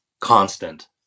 constant